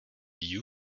you